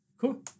Cool